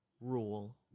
rule